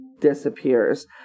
disappears